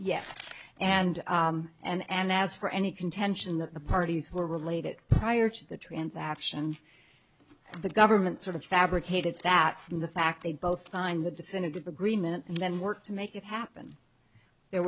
yes and and and as for any contention that the parties were related prior to the transaction the government sort of fabricated that from the fact they both signed the definitive agreement and then worked to make it happen there